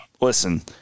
listen